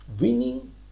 winning